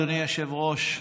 אדוני היושב-ראש,